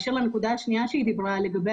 לגבי